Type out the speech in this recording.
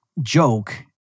joke